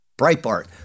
Breitbart